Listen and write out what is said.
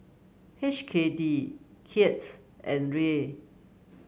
H K D Kyat and Riel